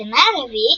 בשנה הרביעית,